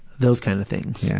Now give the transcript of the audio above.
those kind of things. yeah.